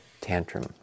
tantrum